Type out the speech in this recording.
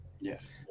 Yes